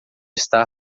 star